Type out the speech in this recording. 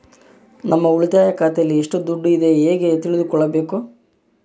ನಮ್ಮ ಉಳಿತಾಯ ಖಾತೆಯಲ್ಲಿ ಎಷ್ಟು ದುಡ್ಡು ಇದೆ ಹೇಗೆ ತಿಳಿದುಕೊಳ್ಳಬೇಕು?